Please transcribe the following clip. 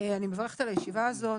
אני מברכת על הישיבה הזאת,